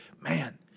man